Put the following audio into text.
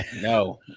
no